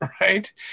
right